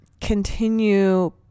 continue